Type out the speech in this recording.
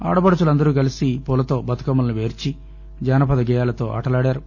ఆడపడుచులు అందరు కలిసి పూలతో బతుకమ్మలను పేర్చి జానపద గేయాలతో ఆటలాడారు